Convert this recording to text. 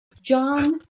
John